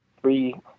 three